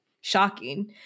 shocking